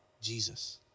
Jesus